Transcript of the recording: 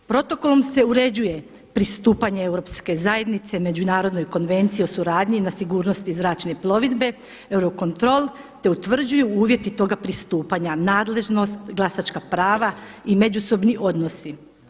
Protokolom se uređuje pristupanje Europske zajednice Međunarodnoj konvenciji o suradnji na sigurnosti zračne plovidbe Eurocontrol, te utvrđuju uvjeti toga pristupanja, nadležnost, glasačka prava i međusobni odnosi.